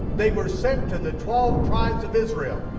they were sent to the twelve tribes of israel,